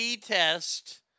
test